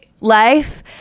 life